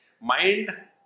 Mind